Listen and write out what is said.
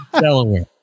Delaware